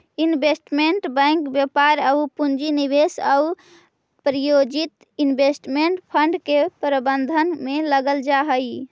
investment bank व्यापार आउ पूंजी निवेश आउ प्रायोजित इन्वेस्टमेंट फंड के प्रबंधन में लगल रहऽ हइ